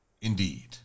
Indeed